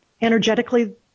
Energetically